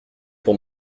pour